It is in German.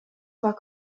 war